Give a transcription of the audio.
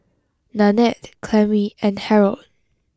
Nannette Clemmie and Harrold